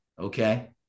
okay